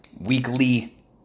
weekly